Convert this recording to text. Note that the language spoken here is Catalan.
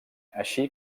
així